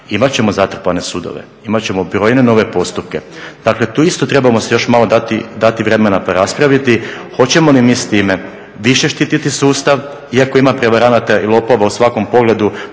Imat ćemo zatrpane sudove, imat ćemo brojne nove postupke. Dakle, tu isto trebamo si još malo dati vremena pa raspraviti hoćemo li mi s time više štititi sustav iako ima prevaranata i lopova u svakom pogledu,